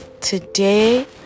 today